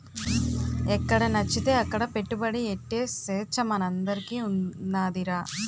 ఎక్కడనచ్చితే అక్కడ పెట్టుబడి ఎట్టే సేచ్చ మనందరికీ ఉన్నాదిరా